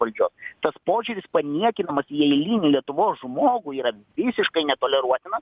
valdžios tas požiūris paniekinamas į eilinį lietuvos žmogų yra visiškai netoleruotinas